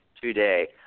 today